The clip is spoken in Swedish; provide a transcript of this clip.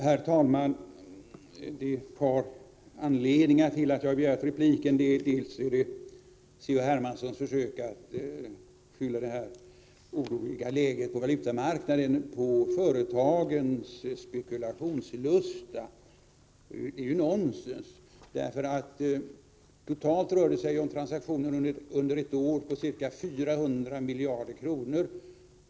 Herr talman! Det finns ett par anledningar till att jag har begärt replik. En av dem är Carl-Henrik Hermanssons försök att skylla det oroliga läget på valutamarknaden på företagens spekulationslusta. Det är nonsens! Totalt rör det sig om transaktioner under ett år på ca 400 miljarder kronor.